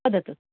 वदतु